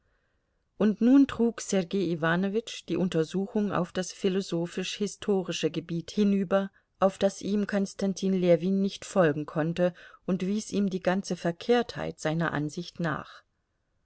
und nun trug sergei iwanowitsch die untersuchung auf das philosophisch historische gebiet hinüber auf das ihm konstantin ljewin nicht folgen konnte und wies ihm die ganze verkehrtheit seiner ansicht nach